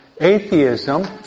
atheism